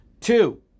Two